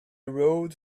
rode